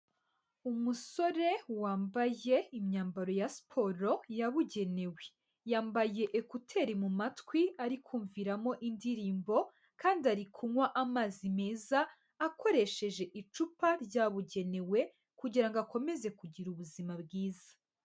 Umusore wambaye imyambaro ya siporo yabugenewe. Yambaye ekuteri mu matwi ari kumviramo indirimbo kandi ari kunywa amazi meza akoresheje icupa ryabugenewe, kugira ngo akomeze kugira ubuzima bwiza.